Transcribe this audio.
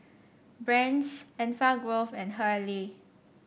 Brand's Enfagrow and Hurley